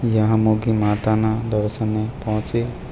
યામૂગી માતાના દર્શને પહોંચી